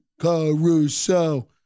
Caruso